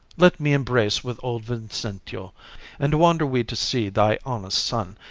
let me embrace with old vincentio and wander we to see thy honest son,